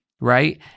right